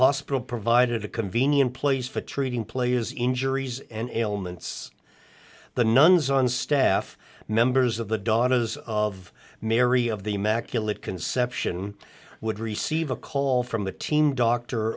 hospital provided a convenient place for treating play is injuries and ailments the nuns on staff members of the daughters of mary of the immaculate conception would receive a call from the team doctor